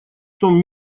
том